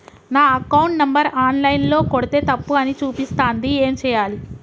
నా account number online ల కొడ్తే తప్పు అని చూపిస్తాంది ఏం చేయాలి?